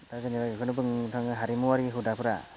दा जेनेबा बेफोरनो बुं हारिमुआरि हुदाफोरा